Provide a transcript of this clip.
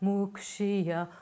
Mukshya